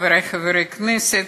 חברי חברי הכנסת,